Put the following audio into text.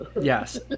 Yes